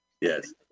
Yes